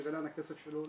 שיראה לאן הכסף שלו הולך,